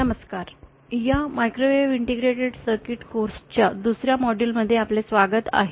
नमस्कार या microwave integrated circuits course च्या दुसर्या मॉड्यूलमध्ये आपले स्वागत आहे